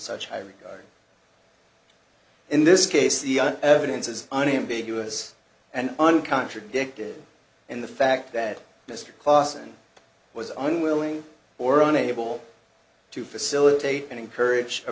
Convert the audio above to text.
such high regard in this case the evidence is unambiguous and on contradicted in the fact that mr clawson was unwilling or unable to facilitate and encourage a